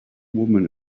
woman